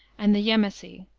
and the yemassee.